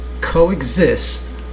coexist